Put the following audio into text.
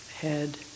head